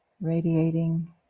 radiating